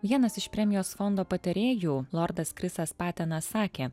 vienas iš premijos fondo patarėjų lordas chrisas patenas sakė